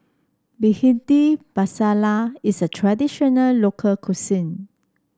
Bhindi Masala is a traditional local cuisine